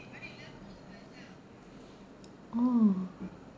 oh